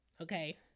okay